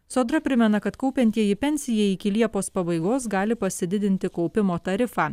sodra primena kad kaupiantieji pensijai iki liepos pabaigos gali pasididinti kaupimo tarifą